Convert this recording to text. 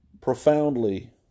profoundly